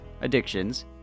addictions